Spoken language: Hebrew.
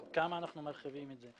עד כמה אנחנו מרחיבים את זה.